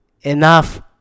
enough